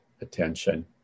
attention